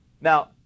Now